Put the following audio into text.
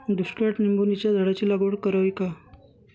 दुष्काळात निंबोणीच्या झाडाची लागवड करावी का?